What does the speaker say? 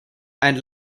and